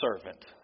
servant